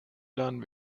lernen